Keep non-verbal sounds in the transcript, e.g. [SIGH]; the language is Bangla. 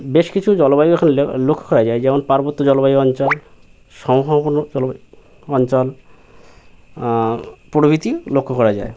বেশ কিছু জলবায়ু [UNINTELLIGIBLE] লক্ষ্য করা যায় যেমন পার্বত্য জলবায়ু অঞ্চল সমভাবাপন্ন জলবায়ু অঞ্চল প্রভৃতি লক্ষ্য করা যায়